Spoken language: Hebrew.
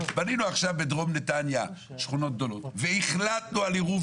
בנינו עכשיו בדרום נתניה שכונות גדולות והחלטנו על עירוב